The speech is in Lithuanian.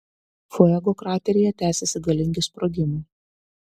fuego krateryje tęsiasi galingi sprogimai